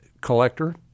collector